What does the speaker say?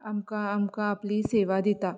आमकां आमकां आपली सेवा दिता